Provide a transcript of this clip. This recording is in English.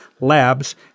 labs